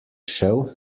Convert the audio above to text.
šel